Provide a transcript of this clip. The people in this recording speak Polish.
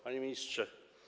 Panie Ministrze!